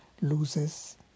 loses